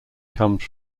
comes